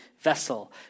vessel